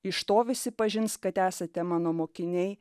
iš to visi pažins kad esate mano mokiniai